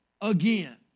again